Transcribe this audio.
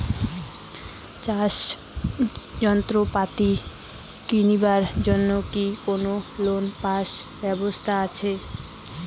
চাষের যন্ত্রপাতি কিনিবার জন্য কি কোনো লোন পাবার ব্যবস্থা আসে?